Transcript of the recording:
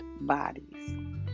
bodies